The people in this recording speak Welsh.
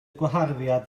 gwaharddiad